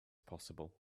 possible